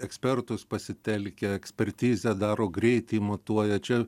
ekspertus pasitelkia ekspertizę daro greitį matuoja čia